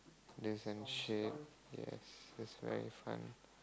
this and shit ya this very fun